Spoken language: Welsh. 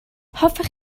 hoffech